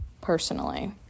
personally